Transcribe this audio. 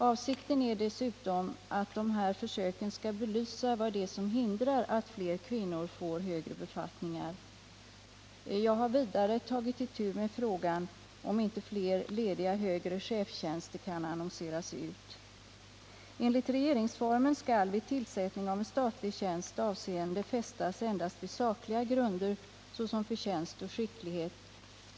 Avsikten är dessutom att de här försöken skall belysa vad det är som hindrar att fler kvinnor får högre befattningar. Jag har vidare tagit itu med frågan om inte fler lediga högre chefstjänster kan annonseras ut. Enligt regeringsformen skall vid tillsättning av en statlig tjänst avseende fästas endast vid sakliga grunder, såsom förtjänst och skicklighet.